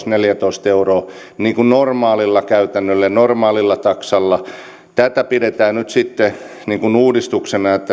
neljätoista euroa normaalilla käytännöllä ja normaalilla taksalla tätä pidetään nyt sitten uudistuksena että